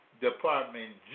Department